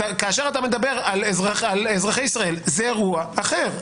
כאשר את מדבר על אזרחי ישראל, זה אירוע אחר.